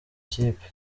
kipe